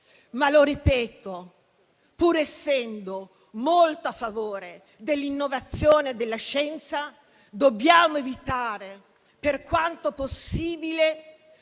Lo ripeto: pur essendo molto a favore dell'innovazione e della scienza, dobbiamo evitare per quanto possibile